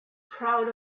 proud